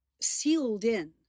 sealed-in